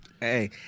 Hey